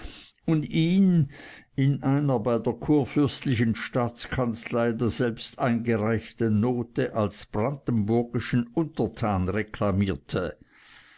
und ihn in einer bei der kurfürstlichen staatskanzlei daselbst eingereichten note als brandenburgischen untertan reklamierte